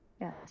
yes